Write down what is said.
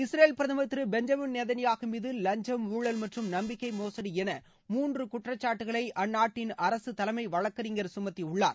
Israel பிரதமர் திரு Benjamin Netanyahu மீது வஞ்சம் ஊழல் மற்றும் நம்பிக்கை மோசடி என மூன்று குற்றச்சாட்டுகளை அந்நாட்டின் அரசு தலைமை வழக்கறிஞர் சுமத்தியுள்ளார்